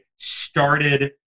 started